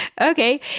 Okay